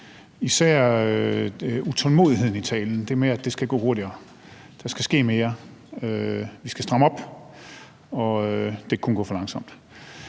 især utålmodigheden i talen og det med, at det skal gå hurtigere. Der skal ske mere, vi skal stramme op, og det kan kun gå for langsomt.